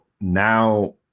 now